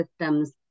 systems